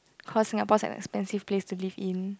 cause Singapore an expensive place to live in